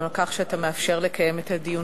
גם על כך שאתה מאפשר לקיים את הדיון